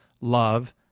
love